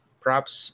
props